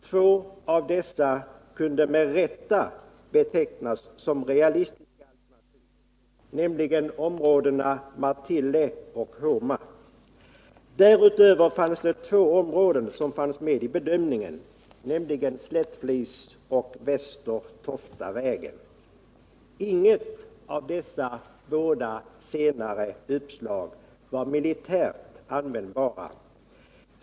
Två av dessa kunde med rätta betecknas som realistiska alternativ, nämligen områdena Martille och Homa. Därutöver fanns det två områden med i bedömningen, nämligen Slättflis och Väster Toftavägen. Inget av dessa båda senare uppslag var användbara.